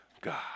God